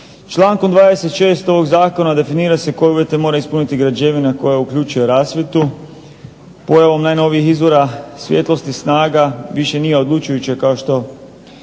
Člankom 26. ovog zakona definira se koje uvjete mora ispuniti građevina koja uključuje rasvjetu. Pojavom najnovijih izvora svjetlosti snaga više nije odlučujuća kao što